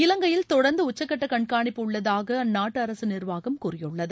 இலங்கையில் தொடர்ந்து உச்சகட்ட கண்காணிப்பு உள்ளதாக அந்நாட்டு அரசு நிர்வாகம் கூறியுள்ளது